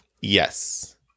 Yes